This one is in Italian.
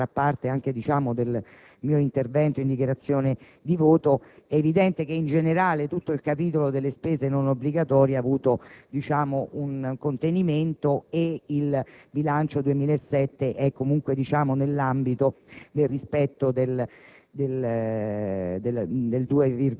anche se - questo farà parte del mio intervento in dichiarazione di voto - è evidente che in generale tutto il capitolo delle spese non obbligatorie ha avuto un contenimento ed il bilancio 2007 opera comunque nel rispetto del 7,7 per